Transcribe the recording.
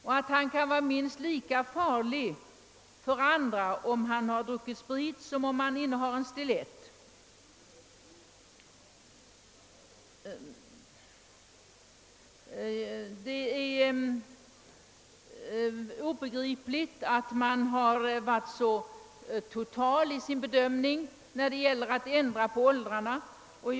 Och en 20-åring kan vara minst lika farlig för andra, om han druckit sprit, som om han innehar en stilett. Det är obegripligt att en så total bedömning tillämpats när det gällt att ta ställning till olika åldersgränser.